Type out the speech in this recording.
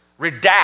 redact